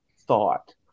thought